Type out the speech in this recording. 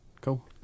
Cool